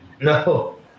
no